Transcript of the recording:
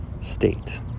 state